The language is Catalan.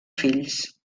fills